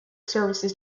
services